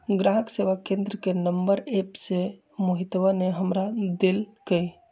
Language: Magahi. ग्राहक सेवा केंद्र के नंबर एप्प से मोहितवा ने हमरा देल कई